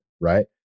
right